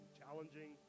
challenging